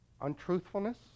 Untruthfulness